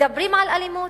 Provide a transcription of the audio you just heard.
מדברים על אלימות,